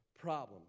problem